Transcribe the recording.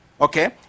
okay